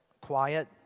quiet